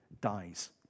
dies